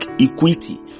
equity